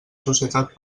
societat